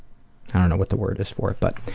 i don't know what the word is for it, but,